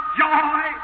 joy